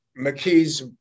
McKee's